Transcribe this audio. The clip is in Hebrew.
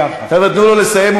חבר'ה, תנו לו לסיים.